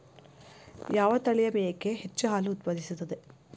ಯಾವ ತಳಿಯ ಮೇಕೆ ಹೆಚ್ಚು ಹಾಲು ಉತ್ಪಾದಿಸುತ್ತದೆ?